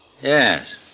Yes